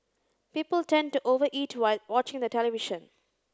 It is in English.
people tend to over eat while watching the television